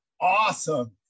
Awesome